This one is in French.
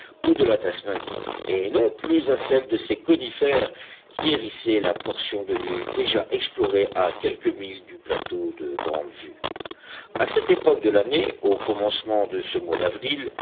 ou de la tasmanie et non plus à celles de ces conifères qui hérissaient la portion de l'île déjà explorée à quelques milles du plateau de grande vue à cette époque de l'année au commencement de ce mois d'avril